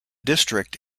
district